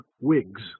wigs